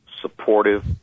supportive